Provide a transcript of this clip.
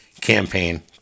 campaign